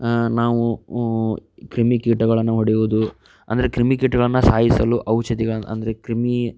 ನಾವು ಕ್ರಿಮಿಕೀಟಗಳನ್ನು ಹೊಡೆಯುವುದು ಅಂದರೆ ಕ್ರಿಮಿಕೀಟಗಳನ್ನು ಸಾಯಿಸಲು ಔಷಧಿಗಳನ್ನ ಅಂದರೆ ಕ್ರಿಮಿ